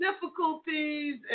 difficulties